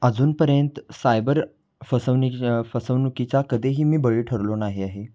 अजूनपर्यंत सायबर फसवण फसवणुकीचा कधीही मी बळी ठरलो नाही आहे